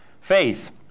faith